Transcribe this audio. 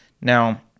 Now